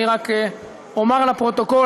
אני רק אומר לפרוטוקול,